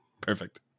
Perfect